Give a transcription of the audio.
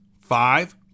Five